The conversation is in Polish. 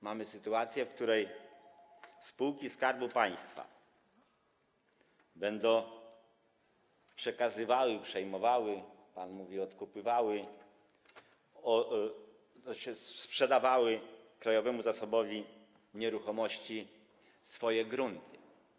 Mamy sytuację, w której spółki Skarbu Państwa będą przekazywały, przejmowały - pan mówi, że odkupywały - i sprzedawały Krajowemu Zasobowi Nieruchomości swoje grunty.